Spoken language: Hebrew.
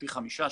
פי חמישה,